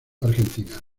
argentina